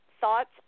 thoughts